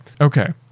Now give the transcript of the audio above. Okay